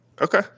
Okay